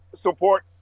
support